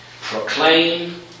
proclaim